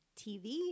TV